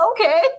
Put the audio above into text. okay